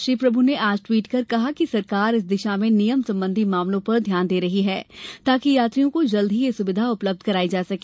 श्री प्रभू ने आज टवीट कर कहा कि सरकार इस दिशा में नियम संबंधी मामलों पर ध्यान दे रही है ताकि यात्रियों को जल्द ही यह सुविधा उपलब्ध कराई जा सके